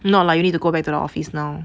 not like you need to go back to the office now